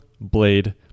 blade